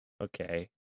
Okay